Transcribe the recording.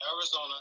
Arizona